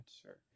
sure